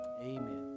Amen